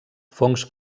fongs